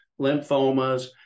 lymphomas